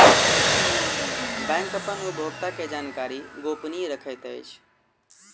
bank अपन उपभोगता के जानकारी गोपनीय रखैत अछि